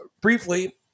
briefly